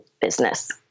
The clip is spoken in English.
business